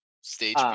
stage